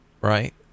Right